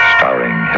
Starring